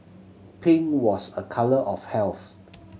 pink was a colour of health